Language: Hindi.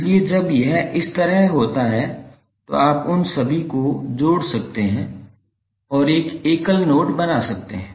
इसलिए जब यह इस तरह होता है तो आप उन सभी को जोड़ सकते हैं और एक एकल नोड बना सकते हैं